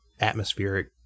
atmospheric